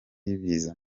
y’ibiza